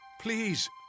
please